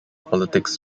politics